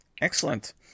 excellent